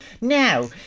Now